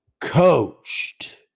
coached